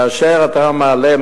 כאשר אתה מעלה,